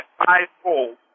five-fold